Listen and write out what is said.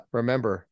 remember